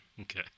Okay